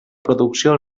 producció